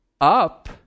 up